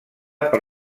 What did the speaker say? per